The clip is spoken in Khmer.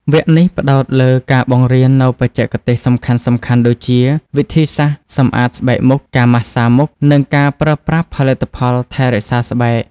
វគ្គនេះផ្តោតលើការបង្រៀននូវបច្ចេកទេសសំខាន់ៗដូចជា វិធីសាស្ត្រសម្អាតស្បែកមុខ ការម៉ាស្សាមុខ និងការប្រើប្រាស់ផលិតផលថែរក្សាស្បែក។